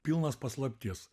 pilnas paslapties